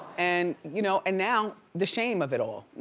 and you know and now, the shame of it all.